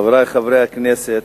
חברי חברי הכנסת,